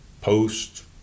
post